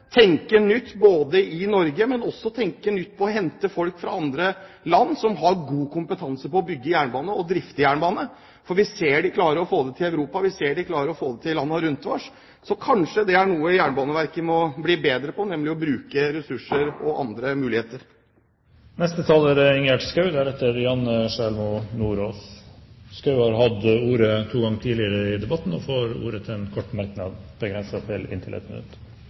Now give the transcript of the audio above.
tenke nytt både i Norge og når det gjelder å hente folk fra andre land som har god kompetanse på å bygge jernbane og å drifte jernbane, for vi ser de klarer å få det til i Europa, vi ser de klarer å få det til i landene rundt oss. Så kanskje det er noe Jernbaneverket må bli bedre på, nemlig å bruke ressurser og se andre muligheter. Ingjerd Schou har hatt ordet to ganger og får ordet til en kort merknad, begrenset til 1 minutt.